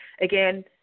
again